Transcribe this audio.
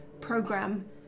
program